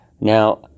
Now